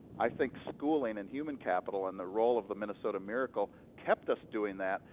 i think schooling and human capital and the role of the minnesota miracle kept us doing that.